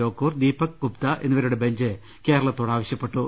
ലോക്കൂർ ദീപക് ഗുപ്ത എന്നിവരുടെ ബെഞ്ച് കേരളത്തോടാവശ്യപ്പെട്ടു